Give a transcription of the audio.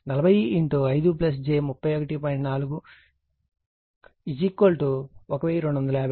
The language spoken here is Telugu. కాబట్టి VLI Z కాబట్టి VL 40 5j31